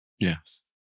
Yes